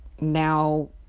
now